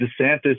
DeSantis